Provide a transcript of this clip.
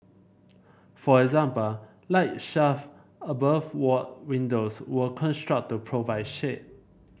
for example light shelf above ward windows were construct to provide shade